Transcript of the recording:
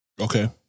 Okay